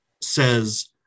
says